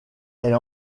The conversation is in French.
elle